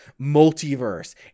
multiverse